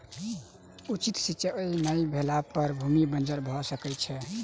उचित सिचाई नै भेला पर भूमि बंजर भअ सकै छै